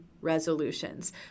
resolutions